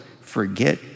forget